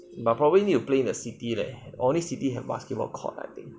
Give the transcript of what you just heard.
but probably need to play in the city there only city have basketball court eh